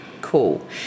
cool